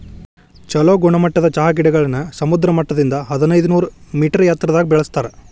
ಚೊಲೋ ಗುಣಮಟ್ಟದ ಚಹಾ ಗಿಡಗಳನ್ನ ಸಮುದ್ರ ಮಟ್ಟದಿಂದ ಹದಿನೈದನೂರ ಮೇಟರ್ ಎತ್ತರದಾಗ ಬೆಳೆಸ್ತಾರ